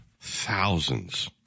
thousands